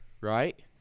right